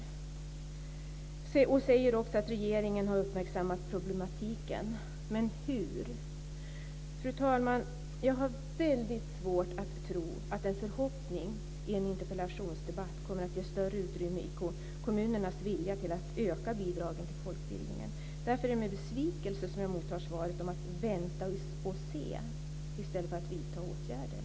Hon säger också att regeringen har uppmärksammat problematiken. Men hur har det skett? Fru talman! Jag har väldigt svårt att tro att en förhoppning i en interpellationsdebatt kommer att skapa större utrymme i kommunernas vilja att öka bidragen till folkbildningen. Därför är det med besvikelse som jag mottar svaret om att vänta och se i stället för att vidta åtgärder.